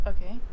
Okay